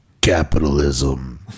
Capitalism